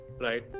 right